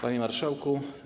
Panie Marszałku!